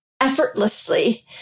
effortlessly